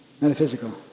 metaphysical